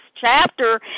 chapter